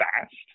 fast